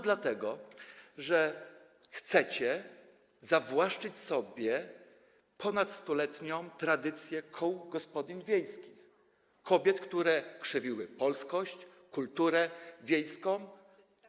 Dlatego że chcecie zawłaszczyć ponad 100-letnią tradycję kół gospodyń wiejskich, kobiet, które krzewiły polskość, kulturę wiejską.